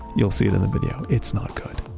you'll see it in the video. it's not good.